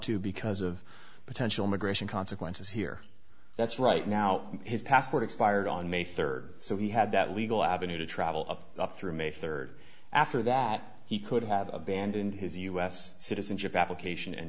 to because of potential migration consequences here that's right now his passport expired on may third so he had that legal avenue to travel of up through may third after that he could have abandoned his u s citizen application and